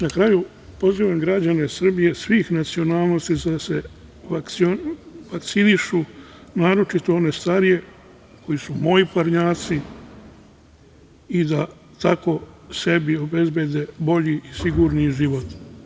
Na kraju, pozivam građane Srbije svih nacionalnosti da se vakcinišu, naročito one starije koji su moji parnjaci i da tako sebi obezbedi bolji i sigurniji život.